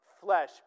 flesh